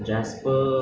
跟他看我们 eh